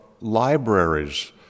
libraries